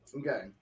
Okay